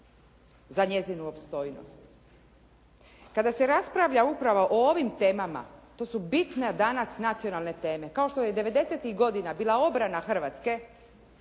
za njezinu opstojnost. Kada se raspravlja upravo o ovim temama to su bitne danas nacionalne teme kao što je devedesetih godina bila obrana Hrvatske